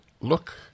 look